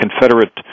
Confederate